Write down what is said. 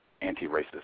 anti-racist